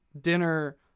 dinner